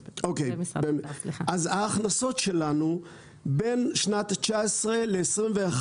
ההכנסות שלנו בין שנת 2019 ל-2021